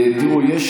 לוי,